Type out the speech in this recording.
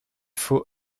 faux